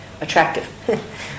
Attractive